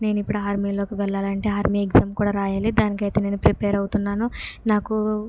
నేను ఇప్పుడు ఆర్మీలోకి వెళ్ళాలంటే ఆర్మీ ఎగ్జామ్ కూడా రాయాలి దానికి అయితే నేను ప్రిపేర్ అవుతున్నాను నాకు